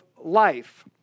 life